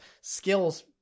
skills